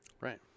Right